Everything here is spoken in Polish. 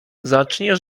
zacznie